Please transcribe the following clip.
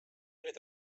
olid